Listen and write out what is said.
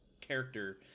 character